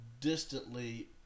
distantly